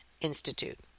Institute